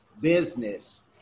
business